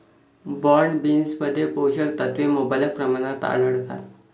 broad बीन्समध्ये पोषक तत्वे मुबलक प्रमाणात आढळतात